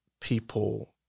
people